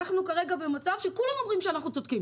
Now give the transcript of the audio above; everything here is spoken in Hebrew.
אנחנו כרגע במצב שכולם אומרים שאנחנו צודקים